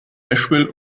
nashville